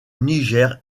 niger